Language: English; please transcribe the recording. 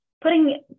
putting